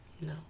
No